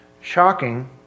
shocking